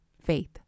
faith